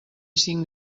cinc